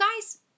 guys